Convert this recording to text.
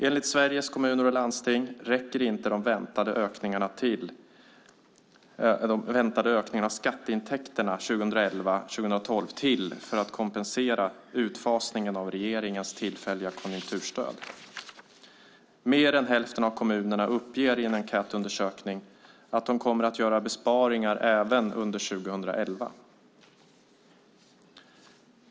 Enligt Sveriges Kommuner och Landsting räcker inte de väntade ökningarna av skatteintäkter 2011-2012 till för att kompensera utfasningen av regeringens tillfälliga konjunkturstöd. Mer än hälften av kommunerna uppger i en enkätundersökning att de kommer att göra besparingar även under 2011.